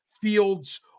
Fields